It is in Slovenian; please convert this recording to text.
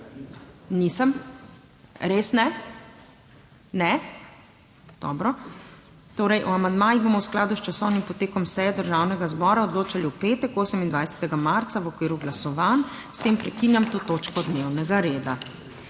Nisem? Res ne? Ne. Dobro. Torej o amandmajih bomo v skladu s časovnim potekom seje Državnega zbora odločali v petek, 28. marca, v okviru glasovanj. S tem prekinjam to točko dnevnega reda.